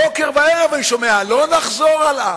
בוקר וערב אני שומע: לא נחזור על עזה,